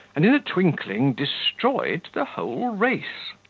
and in a twinkling destroyed the whole race.